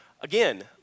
Again